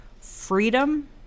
freedom